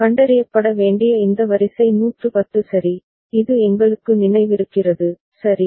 கண்டறியப்பட வேண்டிய இந்த வரிசை 110 சரி இது எங்களுக்கு நினைவிருக்கிறது சரி